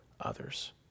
others